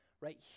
right